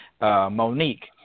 Monique